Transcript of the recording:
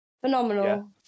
phenomenal